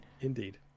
Indeed